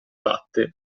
batte